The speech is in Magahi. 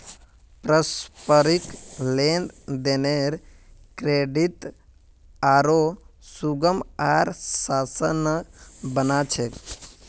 पारस्परिक लेन देनेर क्रेडित आरो सुगम आर आसान बना छेक